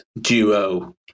duo